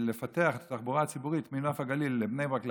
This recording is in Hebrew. לפתח את התחבורה הציבורית מנוף הגליל לבני ברק,